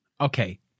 Okay